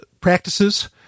practices